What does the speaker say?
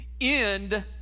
End